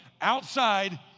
outside